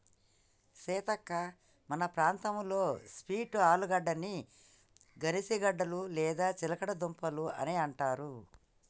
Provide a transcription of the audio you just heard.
సీతక్క మన ప్రాంతంలో స్వీట్ ఆలుగడ్డని గనిసగడ్డలు లేదా చిలగడ దుంపలు అని అంటారు